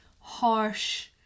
harsh